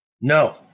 No